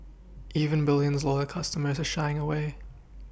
even bulLion's loyal customers are shying away